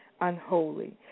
unholy